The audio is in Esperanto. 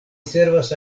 servas